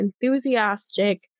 enthusiastic